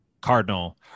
Cardinal